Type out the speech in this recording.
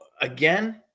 again